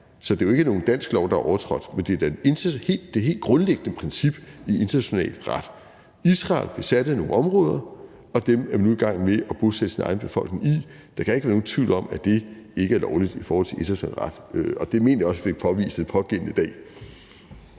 Så det er jo ikke nogen dansk lov, der er overtrådt, men det er det helt grundlæggende princip i international ret. Israel besatte nogle områder, og dem er man nu i gang med at bosætte sin egen befolkning i. Der kan ikke være nogen tvivl om, at det ikke er lovligt i forhold til international ret, og det mener jeg også vi påviste den pågældende dag.